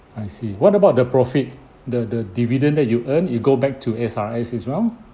I see what about the profit the the dividend that you earn it go back to S_R_S as well